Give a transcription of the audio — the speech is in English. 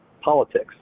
politics